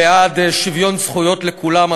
שוויון זכויות לכולם,